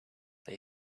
they